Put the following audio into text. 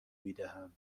میدهم